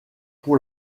pour